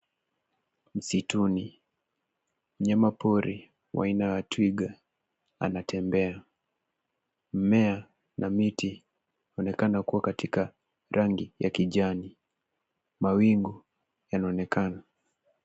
Msituni, mnyama pori wa aina ya twiga, anatembea. Mmea na miti unaonekana kuwa katika rangi ya kijani. Mawingu yanaonekana.